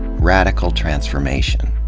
radical transformation.